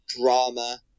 drama